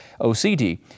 OCD